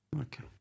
Okay